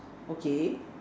okay